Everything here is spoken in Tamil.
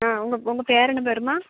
ஆ உங்கள் உங்கள் பேர் என்ன பேரும்மா